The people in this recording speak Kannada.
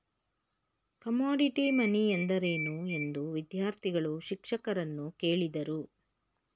ಕಮೋಡಿಟಿ ಮನಿ ಎಂದರೇನು? ಎಂದು ವಿದ್ಯಾರ್ಥಿಗಳು ಶಿಕ್ಷಕರನ್ನು ಕೇಳಿದರು